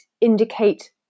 indicate